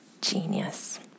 genius